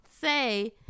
say